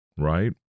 Right